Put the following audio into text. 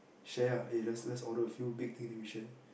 share ah let's let's order a few big thing then we share